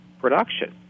production